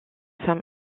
femme